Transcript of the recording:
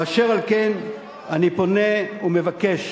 ואשר על כן אני פונה ומבקש